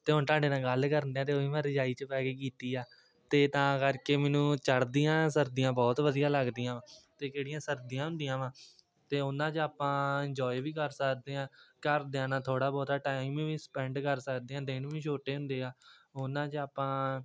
ਅਤੇ ਹੁਣ ਤੁਹਾਡੇ ਨਾਲ ਗੱਲ ਕਰਨ ਡਿਆ ਅਤੇ ਉਹ ਵੀ ਮੈਂ ਰਜਾਈ 'ਚ ਪੈ ਕੇ ਕੀਤੀ ਆ ਅਤੇ ਤਾਂ ਕਰਕੇ ਮੈਨੂੰ ਚੜ੍ਹਦੀਆਂ ਸਰਦੀਆਂ ਬਹੁਤ ਵਧੀਆ ਲੱਗਦੀਆਂ ਵਾ ਅਤੇ ਜਿਹੜੀਆਂ ਸਰਦੀਆਂ ਹੁੰਦੀਆਂ ਵਾ ਅਤੇ ਉਨ੍ਹਾਂ 'ਚ ਆਪਾਂ ਇੰਜੋਏ ਵੀ ਕਰ ਸਕਦੇ ਹਾਂ ਘਰਦਿਆਂ ਨਾਲ ਥੋੜ੍ਹਾ ਬਹੁਤਾ ਟਾਈਮ ਵੀ ਸਪੈਂਡ ਕਰ ਸਕਦੇ ਹਾਂ ਦਿਨ ਵੀ ਛੋਟੇ ਹੁੰਦੇ ਆ ਉਹਨਾਂ 'ਚ ਆਪਾਂ